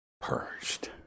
purged